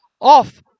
off